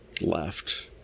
left